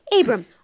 Abram